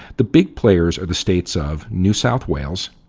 the big players are the states of new south wales,